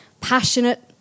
passionate